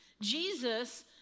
Jesus